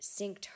synced